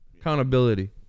Accountability